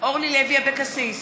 אורלי לוי אבקסיס,